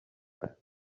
friend